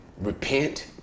repent